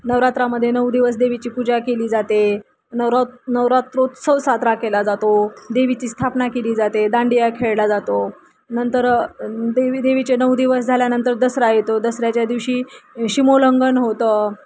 नवरात्रामध्ये नऊ दिवस देवीची पूजा केली जाते नवरो नवरात्रोत्सव साजरा केला जातो देवीची स्थापना केली जाते दांडिया खेळला जातो नंतर देवी देवीचे नऊ दिवस झाल्यानंतर दसरा येतो दसऱ्याच्या दिवशी सीमोल्लंघन होतं